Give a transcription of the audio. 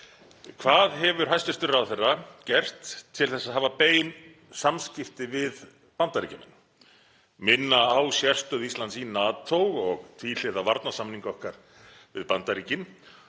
Hvað hefur hæstv. ráðherra gert til að hafa bein samskipti við Bandaríkjamenn, minna á sérstöðu Íslands í NATO og tvíhliða varnarsamning okkar við Bandaríkin